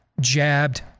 jabbed